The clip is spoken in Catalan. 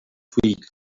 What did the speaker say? fills